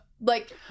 like-